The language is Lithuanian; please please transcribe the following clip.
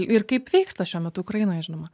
ir kaip vyksta šiuo metu ukrainoje žinoma